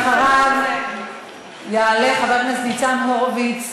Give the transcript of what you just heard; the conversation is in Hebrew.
אחריו יעלה חבר הכנסת ניצן הורוביץ